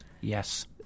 Yes